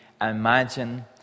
imagine